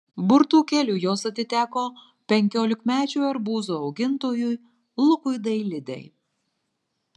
burtų keliu jos atiteko penkiolikmečiui arbūzų augintojui lukui dailidei